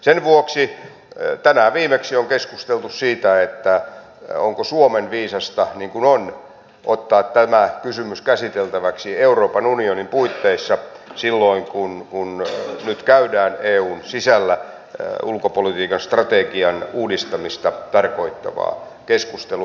sen vuoksi tänään viimeksi on keskusteltu siitä onko suomen viisasta niin kuin on ottaa tämä kysymys käsiteltäväksi euroopan unionin puitteissa kun nyt käydään eun sisällä ulkopolitiikan strategian uudistamista tarkoittavaa keskustelua